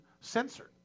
censored